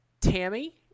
Tammy